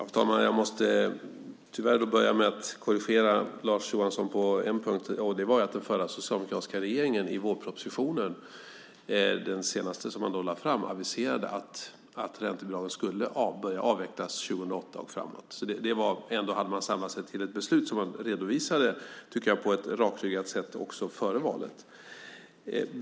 Fru talman! Jag måste tyvärr börja med att korrigera Lars Johansson på en punkt, nämligen att den förra socialdemokratiska regeringen i den senaste vårpropositionen aviserade att räntebidragen skulle börja avvecklas 2008 och framåt. Man hade ändå samlat sig till ett beslut som man redovisade på ett rakryggat sätt före valet.